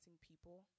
people